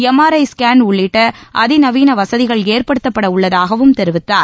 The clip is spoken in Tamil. எம் ஆர் ஐ ஸ்கேன் உள்ளிட்ட அதி நவீன வசதிகள் ஏற்படுத்தப்பட உள்ளதாகவும் தெரிவித்தார்